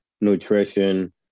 nutrition